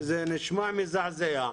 זה נשמע מזעזע,